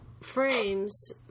frames